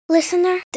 Listener